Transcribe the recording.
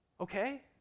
Okay